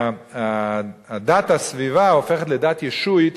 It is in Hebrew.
שדת הסביבה הופכת לדת שלטת הנכנסת